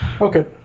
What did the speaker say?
Okay